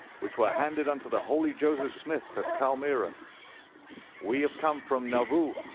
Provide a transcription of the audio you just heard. which were handed unto the holy joseph smith at palmyra. we have come from nauvoo,